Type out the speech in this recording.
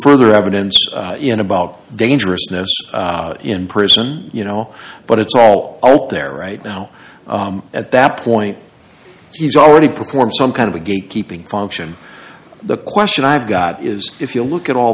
further evidence in about dangerousness in prison you know but it's all out there right now at that point he's already performed some kind of a gate keeping function the question i've got is if you look at all